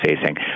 facing